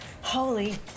Holy